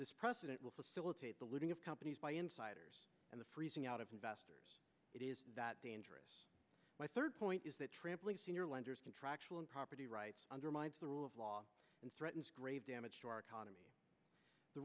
this precedent will facilitate the looting of companies by insiders and the freezing out of investors it is that dangerous my third point is that trampling senior lenders contractual and property rights undermines the rule of law and threatens grave damage to our economy the